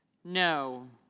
no.